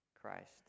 Christ